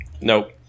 Nope